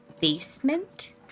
Basement